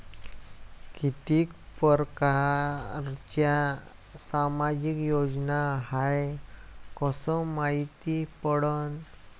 कितीक परकारच्या सामाजिक योजना हाय कस मायती पडन?